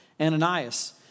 Ananias